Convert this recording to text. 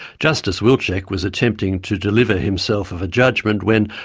justice wilczek was attempting to deliver himself of a judgement when,